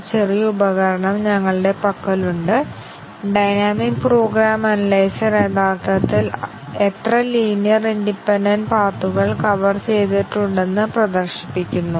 നാലെണ്ണം ഏഴ് അതിനാൽ നാലിൽ B സെറ്റ് 1 ഉം A C എന്നിവയും 0 1 ഉം B 0 ഉം 0 ഉം ഇത് 0 1 ഉം ആയി സജ്ജീകരിച്ചിരിക്കുന്നു